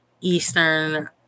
Eastern